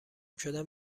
شدن